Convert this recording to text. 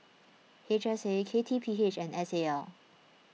H S A K T P H and S A L